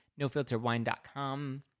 Nofilterwine.com